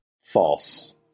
False